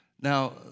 Now